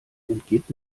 entgeht